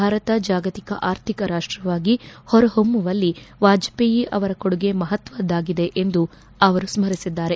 ಭಾರತ ಜಾಗತಿಕ ಅರ್ಥಿಕ ರಾಷ್ಲವಾಗಿ ಹೊರಹೊಮ್ಮುವಲ್ಲಿ ವಾಜಪೇಯಿ ಅವರ ಕೊಡುಗೆ ಮಪತ್ವದ್ದಾಗಿದೆ ಎಂದು ಅವರು ಸ್ಥರಿಸಿದ್ದಾರೆ